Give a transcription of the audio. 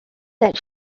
that